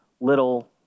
little